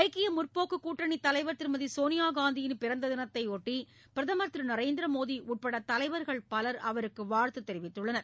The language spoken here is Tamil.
ஐக்கிய முற்போக்கு கூட்டணித் தலைவர் திருமதி சோனியாகாந்தியின் பிறந்த தினத்தையொட்டி பிரதமர் திரு நரேந்திரமோடி உட்பட தலைவர்கள் பலர் அவருக்கு வாழ்த்துத் தெரிவித்துள்ளனர்